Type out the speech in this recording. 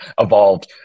evolved